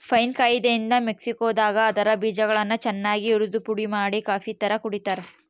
pine ಕಾಯಿಯಿಂದ ಮೆಕ್ಸಿಕೋದಾಗ ಅದರ ಬೀಜಗಳನ್ನು ಚನ್ನಾಗಿ ಉರಿದುಪುಡಿಮಾಡಿ ಕಾಫಿತರ ಕುಡಿತಾರ